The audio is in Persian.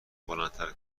بلندتر